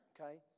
okay